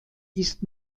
ist